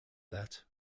that